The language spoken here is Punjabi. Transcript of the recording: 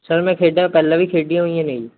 ਸਰ ਮੈਂ ਖੇਡਾਂ ਪਹਿਲਾਂ ਵੀ ਖੇਡੀਆਂ ਹੋਈਆਂ ਨੇ ਜੀ